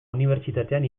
unibertsitatean